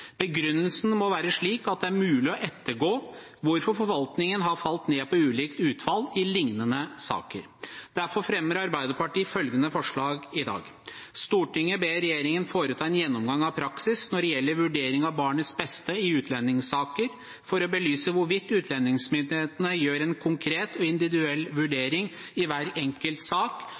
Begrunnelsen må være slik at det er mulig å ettergå hvorfor forvaltningen har falt ned på ulikt utfall i lignende saker. Derfor anbefaler Arbeiderpartiet innstillingens forslag til vedtak i dag: «Stortinget ber regjeringen foreta en gjennomgang av praksis når det gjelder vurderinger av barnets beste i utlendingssaker, for å belyse hvorvidt utlendingsmyndighetene gjør en konkret og individuell vurdering i hver enkelt sak,